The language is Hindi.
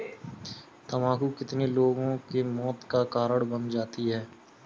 तम्बाकू कितने लोगों के मौत का कारण बन जाती है